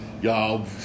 Y'all